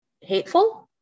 hateful